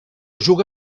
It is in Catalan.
juga